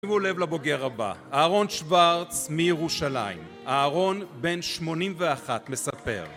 תשימו לב לבוגר הבא, אהרון שוורץ מירושלים, אהרון בן 81 מספר